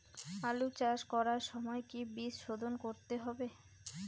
আলু চাষ করার সময় কি বীজ শোধন করতে হবে?